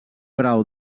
grau